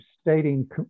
stating